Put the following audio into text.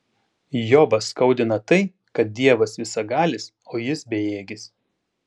jobą skaudina tai kad dievas visagalis o jis bejėgis